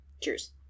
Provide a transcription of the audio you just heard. cheers